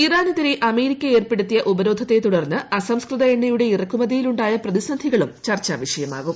ഇറാനെതിരെ അമേരിക്ക ഏർപ്പെടുത്തിയ ഉപരോധത്തെ തുടർന്ന് അസംസ്കൃത എണ്ണയുടെ ഇറക്കുമതിയിൽ ഉണ്ടായ പ്രതിസന്ധികളും ചർച്ചാ വിഷയമാകും